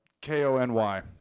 K-O-N-Y